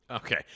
Okay